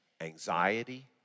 anxiety